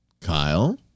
Kyle